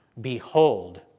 behold